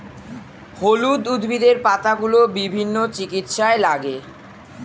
হলুদ উদ্ভিদের পাতাগুলো বিভিন্ন চিকিৎসায় লাগে